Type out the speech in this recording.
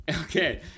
okay